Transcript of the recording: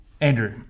Andrew